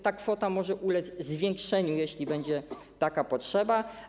Ta kwota może ulec zwiększeniu, jeśli będzie taka potrzeba.